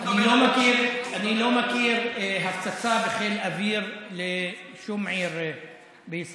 אני לא מכיר הפצצה של חיל האוויר על שום עיר בישראל.